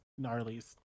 gnarlies